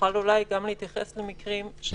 שיוכל אולי להתייחס למקרים שהם ברורים.